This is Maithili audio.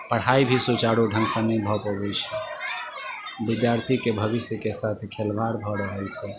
पढाइ भी सुचारू ढंग सऽ नहि भऽ पबै छै विद्यार्थी के भविष्य के साथ खेलवाड़ भऽ रहल छै